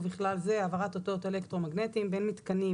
ובכלל זה העברת אותות אלקטרומגנטיים בין מיתקנים